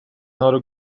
کنار